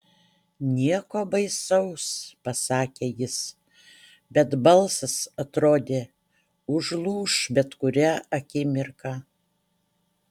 nieko baisaus pasakė jis bet balsas atrodė užlūš bet kurią akimirką